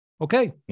Okay